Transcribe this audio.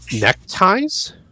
Neckties